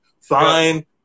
fine